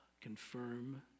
confirm